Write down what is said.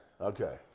Okay